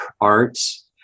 arts